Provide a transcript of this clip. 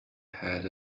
had